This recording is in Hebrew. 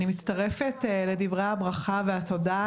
אני מצטרפת לדברי הברכה והתודה.